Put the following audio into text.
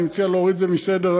אני מציע להוריד את זה מסדר-היום,